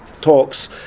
talks